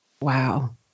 Wow